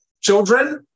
children